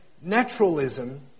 naturalism